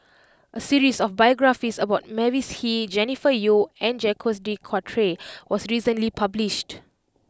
a series of biographies about Mavis Hee Jennifer Yeo and Jacques de Coutre was recently published